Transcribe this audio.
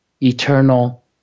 eternal